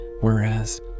whereas